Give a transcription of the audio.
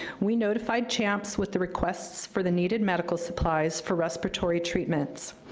we notified champs with the requests for the needed medical supplies for respiratory treatments.